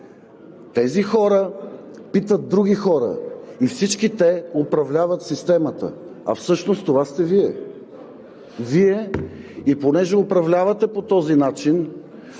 Тези хора питат други хора и всички те управляват системата, а всъщност това сте Вие и понеже управлявате по този начин,